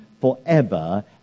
forever